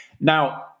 Now